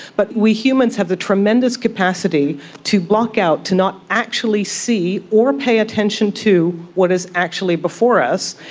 but we humans have the tremendous capacity to block out, to not actually see or pay attention to what is actually before us,